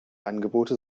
angebote